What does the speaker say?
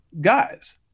guys